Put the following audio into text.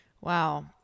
Wow